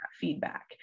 feedback